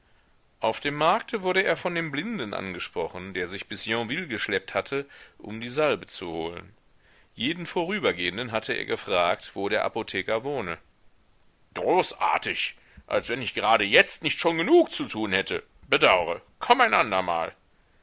auf dem markte wurde er von dem blinden angesprochen der sich bis yonville geschleppt hatte um die salbe zu holen jeden vorübergehenden hatte er gefragt wo der apotheker wohne großartig als wenn ich gerade jetzt nicht schon genug zu tun hätte bedaure komm ein andermal